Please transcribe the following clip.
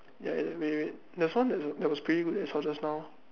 ya just leave it there was one that was pretty good that I saw just now